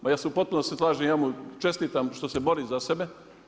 Ja se u potpunosti slažem, ja mu čestitam što se bori za sebe.